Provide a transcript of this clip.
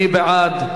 מי בעד?